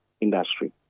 industry